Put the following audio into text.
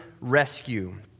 rescue